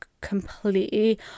completely